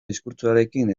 diskurtsoekin